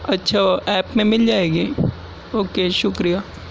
اچھا ایپ میں مل جاۓ گی اوکے شکریہ